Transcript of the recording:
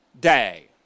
day